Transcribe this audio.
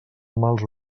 mals